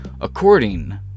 according